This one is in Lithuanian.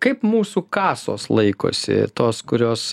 kaip mūsų kasos laikosi tos kurios